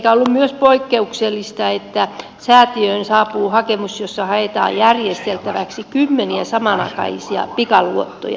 eikä ollut myöskään poikkeuksellista että säätiöön saapuu hakemus jossa haetaan järjesteltäväksi kymmeniä samanaikaisia pikaluottoja